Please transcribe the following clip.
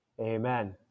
Amen